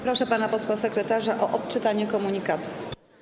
Proszę pana posła sekretarza o odczytanie komunikatów.